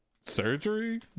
Surgery